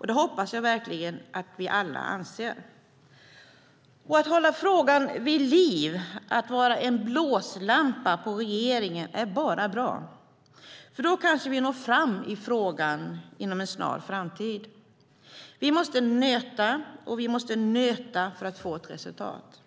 Det hoppas jag verkligen att vi alla anser. Att hålla frågan vid liv och att vara en blåslampa på regeringen är bara bra. Då kanske vi når fram i frågan inom en snar framtid. Vi måste nöta och nöta för att få ett resultat.